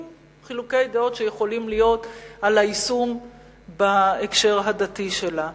עם חילוקי דעות שיכולים להיות על היישום בהקשר הדתי שלה,